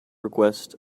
request